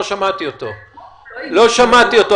לא שמעתי אותו.